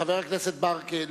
חבר הכנסת ברכה,